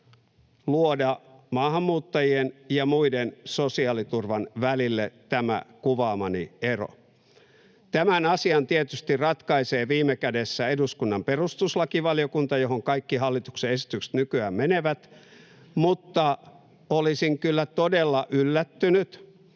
luoda maahanmuuttajien ja muiden sosiaaliturvan välille tämä kuvaamani ero. Tämän asian tietysti ratkaisee viime kädessä eduskunnan perustuslakivaliokunta, johon kaikki hallituksen esitykset nykyään menevät, mutta olisin kyllä todella yllättynyt,